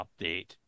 update